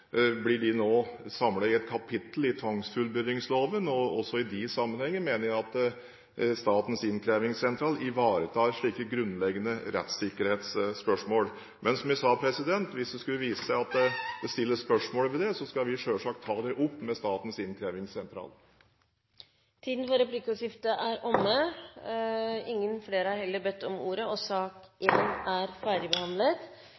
blir de nå samlet i et kapittel i tvangsfullbyrdelsesloven. Også i de sammenhenger mener jeg at Statens innkrevingssentral ivaretar slike grunnleggende rettssikkerhetsspørsmål. Men – som jeg sa – hvis det skulle vise seg at det stilles spørsmål ved det, skal vi selvsagt ta det opp med Statens innkrevingssentral. Replikkordskiftet er omme. Flere har ikke bedt om ordet til sak